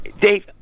Dave